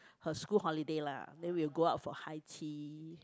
her school holiday lah then we'll go out for high tea